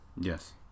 Yes